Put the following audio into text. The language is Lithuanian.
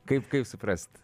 kaip kaip suprast